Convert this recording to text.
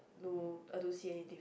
no I don't see anything